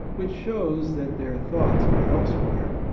which shows that their thoughts are elsewhere.